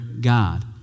God